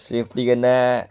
safety कन्नै